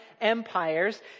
empires